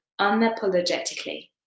unapologetically